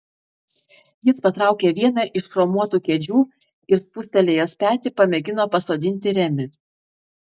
jis patraukė vieną iš chromuotų kėdžių ir spustelėjęs petį pamėgino pasodinti remį